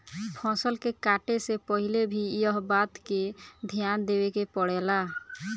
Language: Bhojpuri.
फसल के काटे से पहिले भी एह बात के ध्यान देवे के पड़ेला